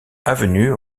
avenue